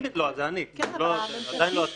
לא, זה אני, זה עדיין לא אתם.